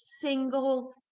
single